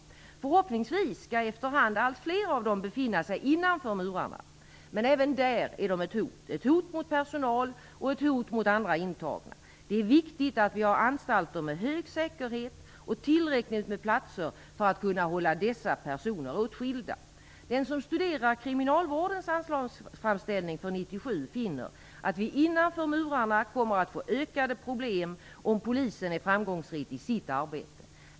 Förhoppningsvis skall efter hand allt fler av dem befinna sig innanför murarna. Men även där är de ett hot - ett hot mot personal och ett hot mot andra intagna. Det är viktigt att vi har anstalter med hög säkerhet och tillräckligt med platser för att kunna hålla dessa personer åtskilda. Den som studerar kriminalvårdens anslagsframställning för 1997 finner att det innanför murarna kommer att bli ökade problem om Polisen är framgångsrik i sitt arbete.